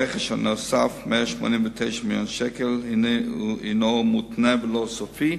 הרכש הנוסף, 189 מיליון שקל, מותנה ולא סופי,